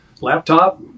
laptop